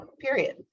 period